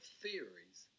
theories